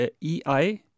E-I